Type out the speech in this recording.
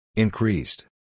Increased